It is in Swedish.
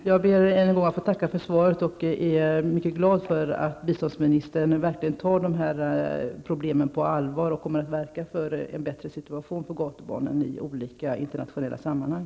Herr talman! Jag ber än en gång att få tacka för svaret. Jag är mycket glad för att biståndsministern verkligen tar dessa problem på allvar och kommer att verka för en bättre situation för gatubarnen i olika internationella sammanhang.